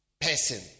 person